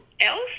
else